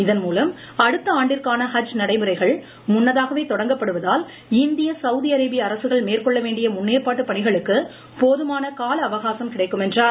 இதன்மூலம் அடுத்த ஆண்டிற்கான ஹஜ் நடைமுறைகள் முன்னதாகவே தொடங்கப்படுவதால் இந்திய சௌதிஅரேபிய அரசுகள் மேற்கொள்ள வேண்டிய முன்னேற்பாட்டு பணிகளுக்கு போதுமான காலஅவகாசம் கிடைக்கும் என்றார்